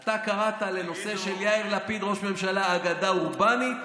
אתה קראת לנושא של יאיר לפיד ראש ממשלה אגדה אורבנית.